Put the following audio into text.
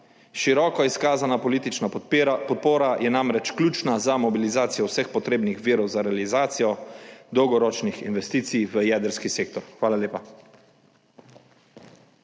Široko izkazana politična podpora je namreč ključna za mobilizacijo vseh potrebnih virov za realizacijo dolgoročnih investicij v jedrski sektor. Hvala lepa.